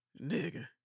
Nigga